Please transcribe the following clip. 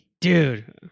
Dude